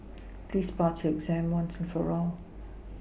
please pass your exam once and for all